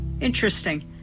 interesting